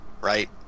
right